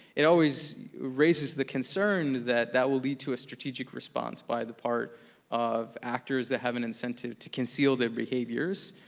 it always raises the concern that that will lead to a strategic response by the part of actors that have an incentive to conceal their behaviors,